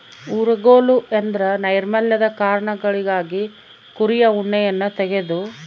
ಊರುಗೋಲು ಎಂದ್ರ ನೈರ್ಮಲ್ಯದ ಕಾರಣಗಳಿಗಾಗಿ ಕುರಿಯ ಉಣ್ಣೆಯನ್ನ ತೆಗೆದು